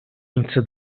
into